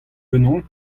ganeomp